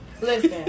listen